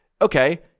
Okay